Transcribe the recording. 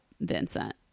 Vincent